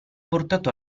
portato